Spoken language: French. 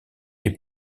est